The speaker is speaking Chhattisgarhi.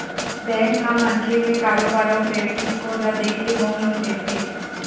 बेंक ह मनखे के कारोबार अउ क्रेडिट स्कोर ल देखके होम लोन देथे